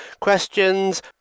questions